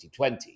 2020